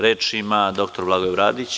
Reč ima dr Blagoje Bradić.